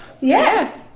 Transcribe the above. Yes